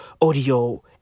Audio